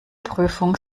prüfung